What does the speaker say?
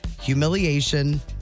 humiliation